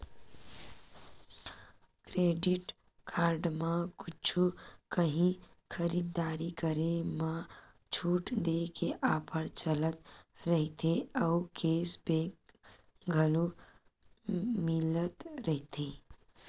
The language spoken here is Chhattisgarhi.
क्रेडिट कारड म कुछु काही खरीददारी करे म छूट देय के ऑफर चलत रहिथे अउ केस बेंक घलो मिलत रहिथे